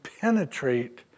penetrate